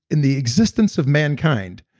in the existence of mankind,